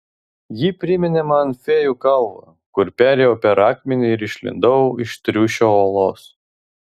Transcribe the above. ji priminė man fėjų kalvą kur perėjau per akmenį ir išlindau iš triušio olos